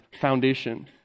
foundation